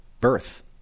birth